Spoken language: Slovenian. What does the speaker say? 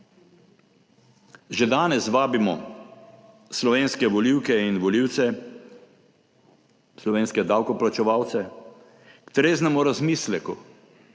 Že danes vabimo slovenske volivke in volivce, slovenske davkoplačevalce, k treznemu razmisleku